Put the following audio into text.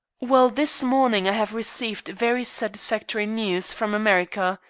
well, this morning i have received very satisfactory news from america,